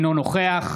אינו נוכח